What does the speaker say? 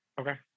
Okay